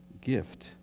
gift